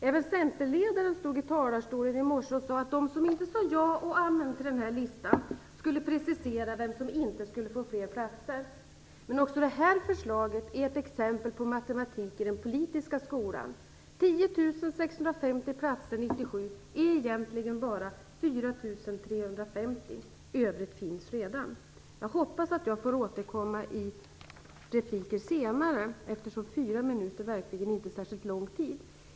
Även centerledaren stod i talarstolen i morse och sade att de som inte sade ja och amen till den här listan skulle precisera vem som inte skulle få fler platser. Men också detta förslag är ett exempel på matematik i den politiska skolan. 10 650 platser 1997 är egentligen bara 4 350. Övrigt finns redan. Jag hoppas att jag får återkomma i repliker senare, eftersom 4 minuter verkligen inte är särskilt lång tid.